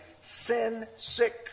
sin-sick